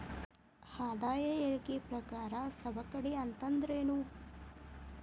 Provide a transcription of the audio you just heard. ಆದಾಯ ಹೇಳಿಕಿ ಪ್ರಕಾರ ಸವಕಳಿ ಅಂತಂದ್ರೇನು?